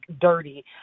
dirty